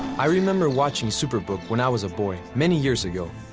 i remember watching superbook when i was a boy many years ago.